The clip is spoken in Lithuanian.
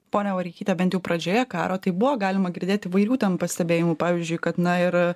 ponia vareikyte bent jau pradžioje karo tai buvo galima girdėti įvairių ten pastebėjimų pavyzdžiui kad na ir